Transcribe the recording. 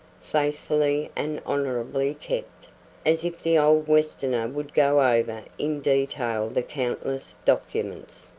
faithfully and honorably kept as if the old westerner would go over in detail the countless documents.